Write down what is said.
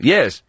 Yes